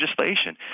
legislation